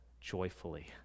joyfully